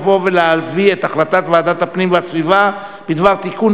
לבוא ולהביא את החלטת ועדת הפנים והגנת הסביבה בדבר תיקון